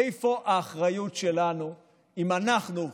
איפה האחריות שלנו אם אנחנו,